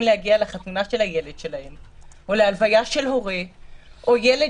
להגיע לחתונה של הילד שלהם או להלוויה של הורה או ילד